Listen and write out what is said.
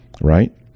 right